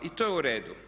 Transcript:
I to je u redu.